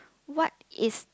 what is